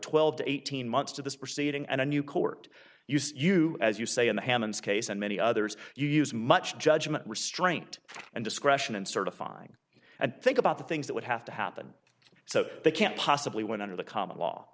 twelve to eighteen months to this proceeding and a new court you see you as you say in the hammonds case and many others you use much judgment restraint and discretion and certifying and think about the things that would have to happen so they can't possibly win under the common law